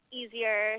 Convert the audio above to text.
easier